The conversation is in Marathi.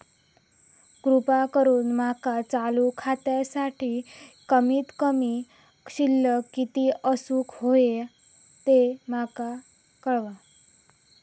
कृपा करून माका चालू खात्यासाठी कमित कमी शिल्लक किती असूक होया ते माका कळवा